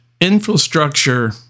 infrastructure